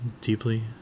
deeply